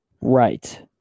right